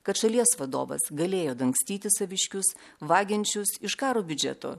kad šalies vadovas galėjo dangstyti saviškius vagiančius iš karo biudžeto